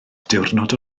diwrnod